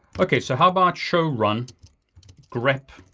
okay, so how about show run grep